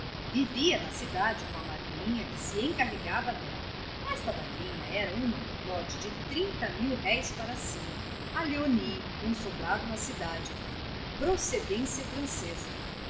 vivia na cidade com a madrinha que se encarregava dela esta madrinha era uma cocote de trinta mil-réis para cima a léonie com sobrado na cidade procedência francesa